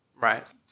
Right